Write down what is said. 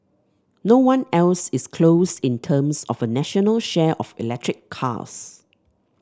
no one else is close in terms of a national share of electric cars